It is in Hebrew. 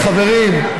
אוקיי, חבריא.